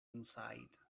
inside